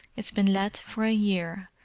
it's been let for a year,